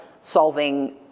solving